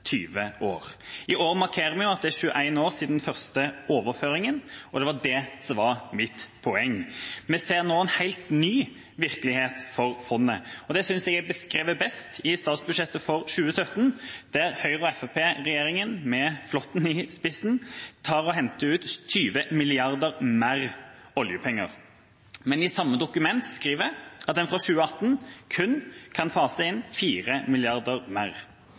20 år. I år markerer vi at det er 21 år siden den første overføringen, og det var det som var mitt poeng. Vi ser nå en helt ny virkelighet for fondet, og det synes jeg er beskrevet best i statsbudsjettet for 2017, der Høyre–Fremskrittsparti-regjeringa med Flåtten i spissen henter ut 20 mrd. kr mer oljepenger, men i samme dokument skriver at en fra 2018 kun kan fase inn 4 mrd. kr mer.